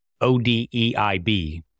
ODEIB